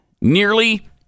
Nearly